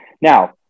Now